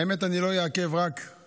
האמת, אני לא אעכב, אבל